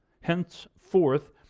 Henceforth